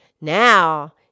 now